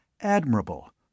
Admirable